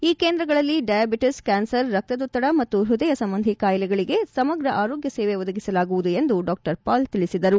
ಈ ಕೇಂದ್ರಗಳಲ್ಲಿ diabetes cancer ರಕ್ತದೊತ್ತಡ ಮತ್ತು ಹೃದಯ ಸಂಬಂಧಿ ಕಾಯಿಲೆಗಳಿಗೆ ಸಮಗ್ರ ಆರೋಗ್ಲ ಸೇವೆ ಒದಗಿಸಲಾಗುವುದು ಎಂದು ಡಾ ಪಾಲ್ ತಿಳಿಸಿದ್ದಾರೆ